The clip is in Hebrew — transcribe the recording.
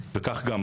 וכך גם קבענו.